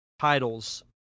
titles